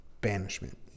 banishment